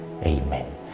Amen